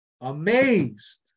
amazed